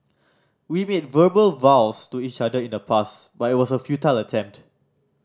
we made verbal vows to each other in the past but it was a futile attempt